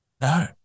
No